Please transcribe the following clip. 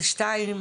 על שניים,